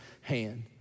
hand